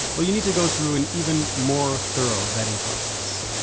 well you need to go through an even more thorough vetting process.